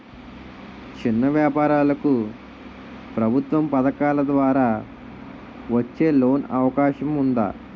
చిన్న వ్యాపారాలకు ప్రభుత్వం పథకాల ద్వారా వచ్చే లోన్ అవకాశం ఉందా?